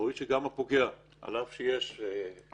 ראוי שגם הפוגע לא יקבל